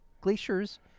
glaciers